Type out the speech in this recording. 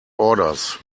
orders